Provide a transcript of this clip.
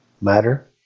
matter